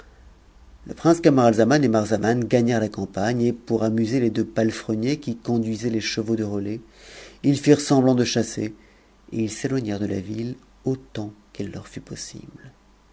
le prince camaralzaman et marzavan gagnèrent la campagne et pour amuser les deux palefreniers qui conduisaient les chevaux de relais ils firent semblant de chasser et ils s'éloignèrent de la ville autant qui leur fut possible